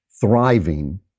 thriving